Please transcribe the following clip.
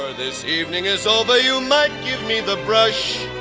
this evening is over, you might give me the brush.